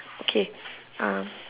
okay uh